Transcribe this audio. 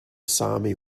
sami